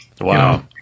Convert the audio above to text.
Wow